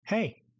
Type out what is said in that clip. Hey